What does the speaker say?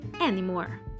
anymore